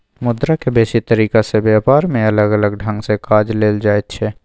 मुद्रा के बेसी तरीका से ब्यापार में अलग अलग ढंग से काज लेल जाइत छै